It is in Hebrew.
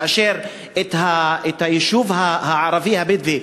כאשר את היישוב הערבי הבדואי